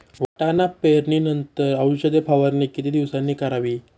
वाटाणा पेरणी नंतर औषध फवारणी किती दिवसांनी करावी?